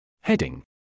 Heading